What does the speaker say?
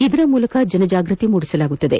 ಇದರ ಮೂಲಕ ಜನ ಜಾಗೃತಿ ಮೂಡಿಸಲಾಗುವುದು